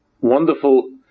wonderful